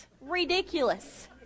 ridiculous